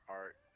art